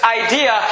idea